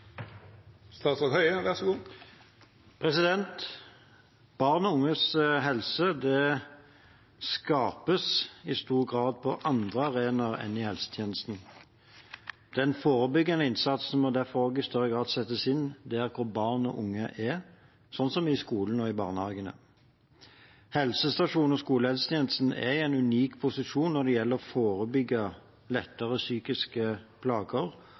Barn og unges helse skapes i stor grad på andre arenaer enn i helsetjenesten. Den forebyggende innsatsen må derfor i større grad settes inn der hvor barn og unge er – slik som i skolen og i barnehagene. Helsestasjons- og skolehelsetjenesten er i en unik posisjon når det gjelder å forebygge lettere psykiske plager